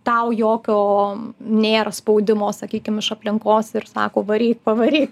tau jokio nėra spaudimo sakykim iš aplinkos ir sako varyk pavaryk